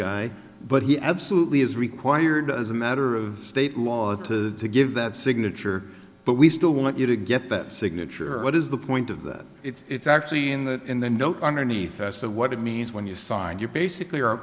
guy but he absolutely is required as a matter of state a lot to give that signature but we still want you to get that signature what is the point of that it's actually in the in the note underneath us of what it means when you sign you basically are